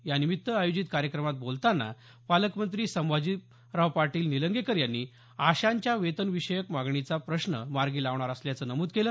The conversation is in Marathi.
यानिमित्त आयोजित कार्यक्रमात बोलतांना पालकमंत्री संभाजीराव पाटील निलंगेकर यांनी आशांच्या वेतन विषयक मागणीचा प्रश्न मार्गी लावणार असल्याचं नमूद केलं